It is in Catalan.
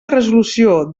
resolució